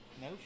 No